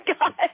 God